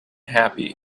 happy